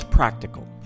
practical